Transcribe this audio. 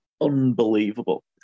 unbelievable